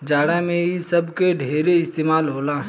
जाड़ा मे इ सब के ढेरे इस्तमाल होला